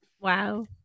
Wow